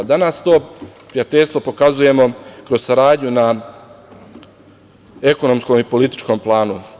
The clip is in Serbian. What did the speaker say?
Danas to prijateljstvo pokazujemo kroz saradnju na ekonomskom i političkom planu.